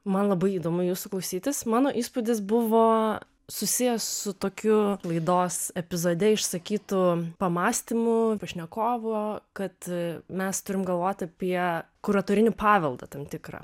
man labai įdomu jūsų klausytis mano įspūdis buvo susijęs su tokiu laidos epizode išsakytu pamąstymu pašnekovo kad mes turim galvot apie kuratorinį paveldą tam tikrą